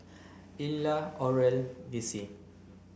Illa Oral Vicie